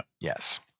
yes